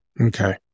Okay